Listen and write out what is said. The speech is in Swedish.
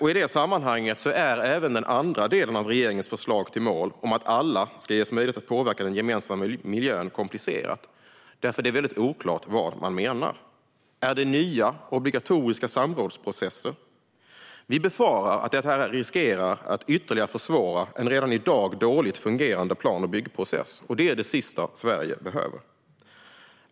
I det sammanhanget är även den andra delen av regeringens förslag till mål - att alla ska ges möjlighet att påverka den gemensamma miljön - komplicerad, för det är oklart vad man menar. Är det nya obligatoriska samrådsprocesser? Vi befarar att detta riskerar att ytterligare försvåra en redan i dag dåligt fungerande plan och byggprocess. Detta är det sista Sverige behöver.